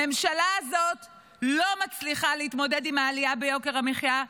הממשלה הזאת לא מצליחה להתמודד עם העלייה ביוקר המחיה,